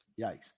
Yikes